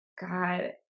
God